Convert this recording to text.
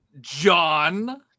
john